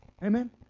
Amen